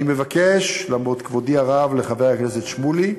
אני מבקש, למרות כבודי הרב לחבר הכנסת שמולי,